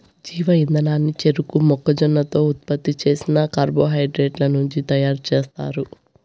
జీవ ఇంధనాన్ని చెరకు, మొక్కజొన్నతో ఉత్పత్తి చేసిన కార్బోహైడ్రేట్ల నుంచి తయారుచేస్తారు